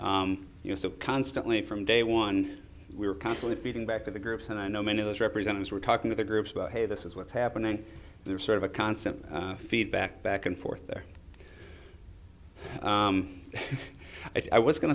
members constantly from day one we were constantly feeding back to the groups and i know many of those representatives were talking to the groups about hey this is what's happening there sort of a constant feedback back and forth there i was going